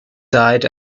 died